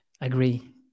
agree